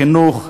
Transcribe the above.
החינוך,